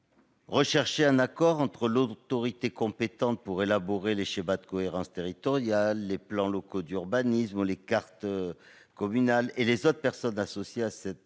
rechercher un accord entre l'autorité compétente pour élaborer les schémas de cohérence territoriale, les plans locaux d'urbanisme, ou les cartes communales, et les autres personnes associées à cette